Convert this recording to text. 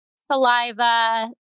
saliva